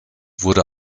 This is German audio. wurde